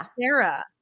Sarah